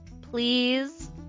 Please